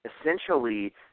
essentially